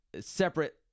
separate